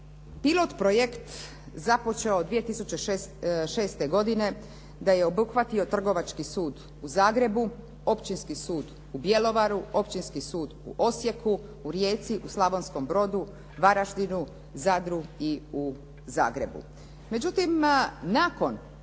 pilot projekt započeo 2006. godine, da je obuhvatio Trgovački sud u Zagrebu, Općinski sud u Bjelovaru, Općinski sud u Osijeku, u Rijeci, u Slavonskom Brodu, Varaždinu, Zadru i u Zagrebu.